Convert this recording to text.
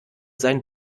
sein